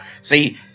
see